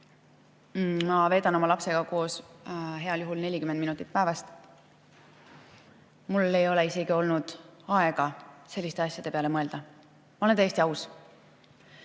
Ma veedan oma lapsega koos heal juhul 40 minutit päevas. Mul ei ole isegi olnud aega selliste asjade peale mõelda. Ma olen täiesti aus.